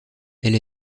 elle